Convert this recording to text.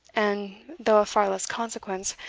and, though of far less consequence,